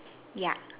ya